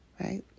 Right